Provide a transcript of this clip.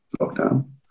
lockdown